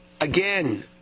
again